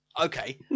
Okay